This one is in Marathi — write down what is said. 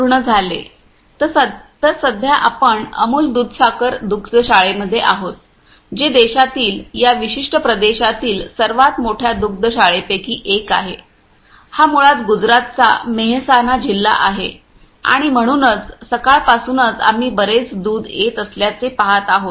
पूर्ण झाले तर सध्या आपण अमूल दूधसागर दुग्धशाळेमध्ये आहोत जे देशातील या विशिष्ट प्रदेशातील सर्वात मोठ्या दुग्धशाळेपैकी एक आहे हा मुळात गुजरातचा मेहसाणा जिल्हा आहे आणि म्हणूनच सकाळपासूनच आम्ही बरेच दूध येत असल्याचे पाहत आहोत